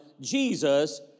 Jesus